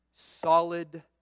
Solid